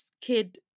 kid